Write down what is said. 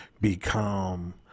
become